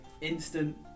instant